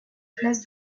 place